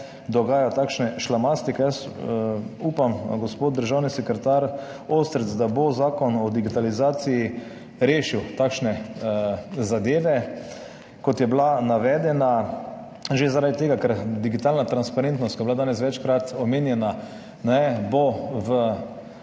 takšne šlamastike. Jaz upam, gospod državni sekretar Ostrc, da bo Zakon o digitalizaciji rešil takšne zadeve, kot je bila navedena. Že zaradi tega, ker digitalna transparentnost, ki je bila danes večkrat omenjena, ne,